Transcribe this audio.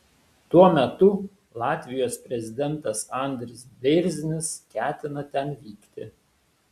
tuo metu latvijos prezidentas andris bėrzinis ketina ten vykti